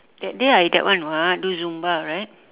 that day I that one [what] do zumba right